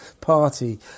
party